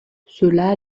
cela